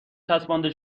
چسبانده